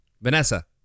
Vanessa